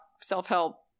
self-help